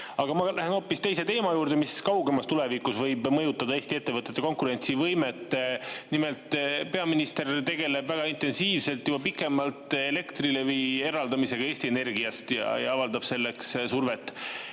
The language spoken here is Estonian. Aga ma lähen hoopis teise teema juurde, mis kaugemas tulevikus võib mõjutada Eesti ettevõtete konkurentsivõimet. Nimelt, peaminister tegeleb väga intensiivselt juba pikemat aega Elektrilevi eraldamisega Eesti Energiast ja avaldab selleks survet.